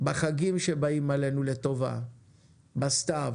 בחגים שבאים עלינו לטובה בסתיו.